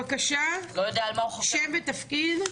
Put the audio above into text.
בבקשה, שם ותפקיד.